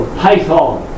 python